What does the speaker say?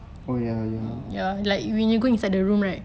oh ya ya